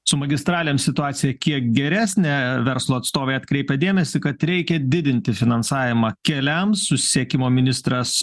su magistralėm situacija kiek geresnė verslo atstovai atkreipia dėmesį kad reikia didinti finansavimą keliams susisiekimo ministras